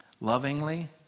lovingly